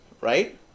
right